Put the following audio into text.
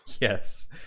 Yes